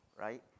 right